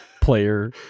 player